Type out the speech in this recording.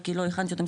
כי לא הכנתי אותם,